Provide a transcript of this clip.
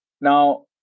Now